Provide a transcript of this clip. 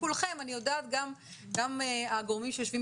כולכם ואני יודעת גשם הגורמים שיושבים